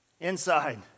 inside